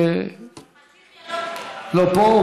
לא פה,